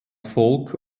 folk